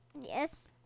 Yes